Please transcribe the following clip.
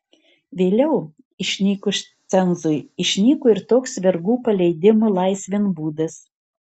vėliau išnykus cenzui išnyko ir toks vergų paleidimo laisvėn būdas